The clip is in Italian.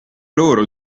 loro